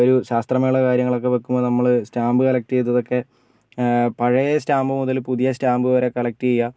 ഒരു ശാസ്ത്രമേള കാര്യങ്ങളൊക്കെ വയ്ക്കുമ്പോൾ നമ്മൾ സ്റ്റാമ്പ് കളക്റ്റ് ചെയ്തതൊക്കെ പഴയ സ്റ്റാമ്പ് മുതൽ പുതിയ സ്റ്റാമ്പ് വരെ കളക്റ്റ് ചെയ്യുക